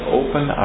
open